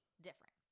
different